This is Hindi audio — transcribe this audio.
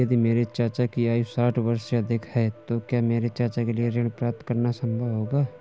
यदि मेरे चाचा की आयु साठ वर्ष से अधिक है तो क्या मेरे चाचा के लिए ऋण प्राप्त करना संभव होगा?